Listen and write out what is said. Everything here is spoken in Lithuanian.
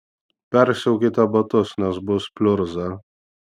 persiaukite batus nes bus pliurza